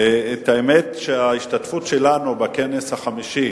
האמת היא שלהשתתפות שלנו בכנס החמישי